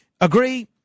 Agree